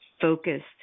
Focused